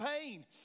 pain